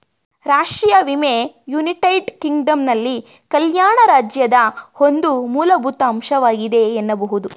ರಾಷ್ಟ್ರೀಯ ವಿಮೆ ಯುನೈಟೆಡ್ ಕಿಂಗ್ಡಮ್ನಲ್ಲಿ ಕಲ್ಯಾಣ ರಾಜ್ಯದ ಒಂದು ಮೂಲಭೂತ ಅಂಶವಾಗಿದೆ ಎನ್ನಬಹುದು